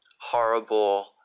horrible